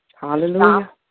Hallelujah